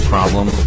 Problem